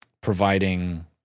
providing